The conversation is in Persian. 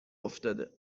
افتاده